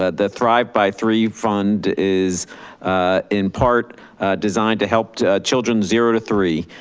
the thrive by three fund is in part designed to help children zero to three.